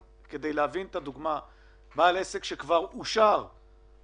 כדי להתאים את מה שאנחנו עשינו עד היום למה שקורה בשטח.